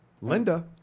Linda